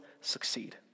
succeed